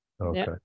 Okay